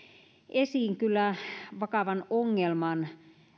esiin kyllä vakavan ongelman